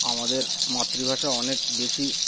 আমাদের মাতৃভাষা অনেক বেশি